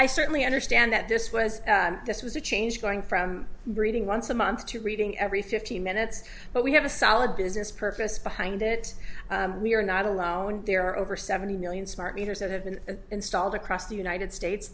i certainly understand that this was this was a change going from reading once a month to reading every fifteen minutes but we have a solid business purpose behind it we are not alone there are over seventy million smart meters that have been installed across the united states